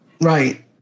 right